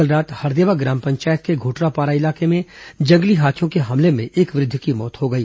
कल रात हरदेवा ग्राम पंचायत के घुटरापारा इलाके में जंगली हाथियों के हमले में एक वृद्ध की मौत हो गई